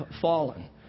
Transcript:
fallen